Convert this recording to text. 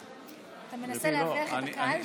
אתה מנסה להבריח את הקהל שלך?